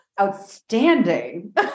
outstanding